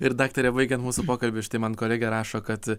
ir daktare baigiant mūsų pokalbį štai man kolegė rašo kad